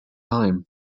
time